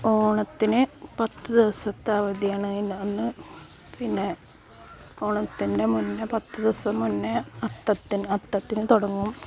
ഓണത്തിന് പത്ത് ദിവസത്തെ അവധിയാണ് ഉണ്ടാകുന്നത് പിന്നെ ഓണത്തിൻ്റെ മുന്നേ പത്ത് ദിവസം മുന്നേ അത്തത്തിന് അത്തത്തിന് തുടങ്ങും